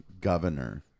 governor